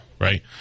right